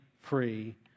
free